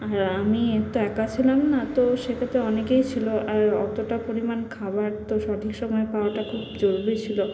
আর আমি তো একা ছিলাম না তো সেক্ষেত্রে অনেকেই ছিলো আর অতোটা পরিমাণ খাবার তো সঠিক সময়ে পাওয়াটা খুব জরুরী ছিলো